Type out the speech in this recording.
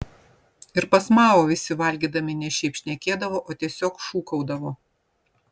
ir pas mao visi valgydami ne šiaip šnekėdavo o tiesiog šūkaudavo